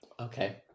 Okay